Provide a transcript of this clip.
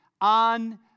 on